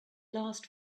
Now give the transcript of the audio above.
last